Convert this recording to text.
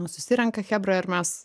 susirenka chebra ir mes